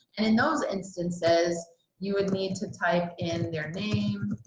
and in those instances you would need to type in their name